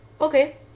okay